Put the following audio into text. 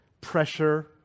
pressure